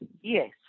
yes